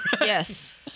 Yes